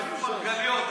פיך מפיק מרגליות,